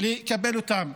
לקבל אותם.